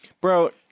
Bro